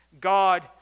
God